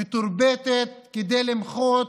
מתורבתת, כדי למחות